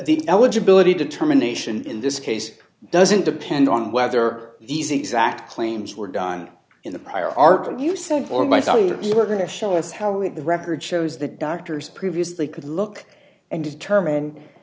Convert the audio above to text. the eligibility determination in this case doesn't depend on whether easy exactly names were done in the prior art and you said for my study that you were going to show us how with the record shows the doctors previously could look and determine